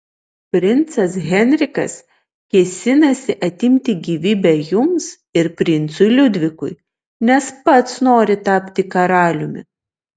princas henrikas kėsinasi atimti gyvybę jums ir princui liudvikui nes pats nori tapti karaliumi